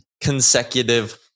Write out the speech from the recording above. consecutive